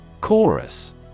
Chorus